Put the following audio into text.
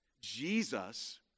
jesus